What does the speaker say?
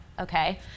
okay